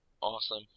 Awesome